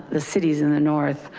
the cities in the north.